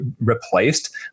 replaced